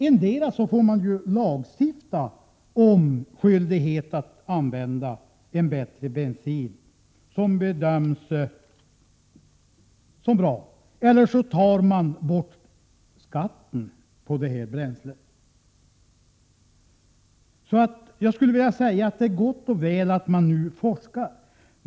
Endera får man lagstifta om skyldighet att använda en bensin som bedöms som bra, eller så får man ta bort skatten på detta bränsle. Det är gott och väl att man nu forskar.